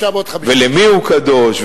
ולמי הוא קדוש,